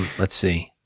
let's see.